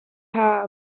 high